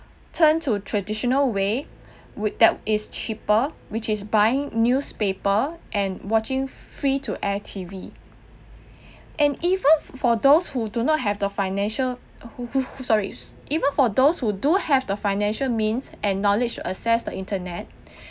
turned to traditional way would that is cheaper which is buying newspaper and watching free to air T_V and even for those who do not have the financial who who who sorry even for those who do have the financial means and knowledge to access the internet